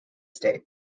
state